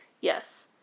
Yes